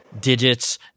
digits